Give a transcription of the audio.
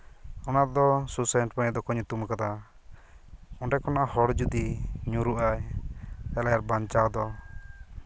ᱚᱱᱟᱫᱚ suicide point ᱫᱚᱠᱚ ᱧᱩᱛᱩᱢ ᱟᱠᱟᱫᱟ ᱚᱸᱰᱮ ᱠᱷᱚᱱᱟᱜ ᱦᱚᱲ ᱡᱩᱫᱤ ᱧᱩᱨᱩᱜ ᱟᱭ ᱛᱟᱦᱚᱞᱮ ᱵᱟᱧᱪᱟᱣ ᱫᱚ